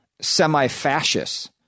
semi-fascists